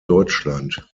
deutschland